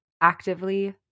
actively